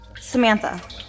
Samantha